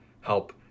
help